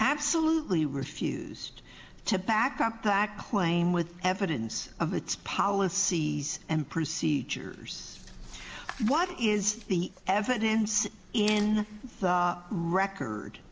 absolutely refused to back up that claim with evidence of its policies and procedures what is the evidence in the record